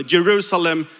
Jerusalem